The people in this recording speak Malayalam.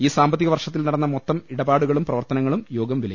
ഈ സാമ്പത്തിക വർഷത്തിൽ നടന്ന മൊത്തം ഇടപാടുകളും പ്രവർത്തനങ്ങളും യോഗം വിലയിരുത്തും